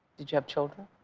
did you have children?